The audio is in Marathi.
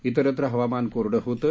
इतरत्र हवामान कोरडं होतं